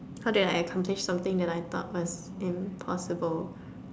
how did I accomplish something that I thought was impossible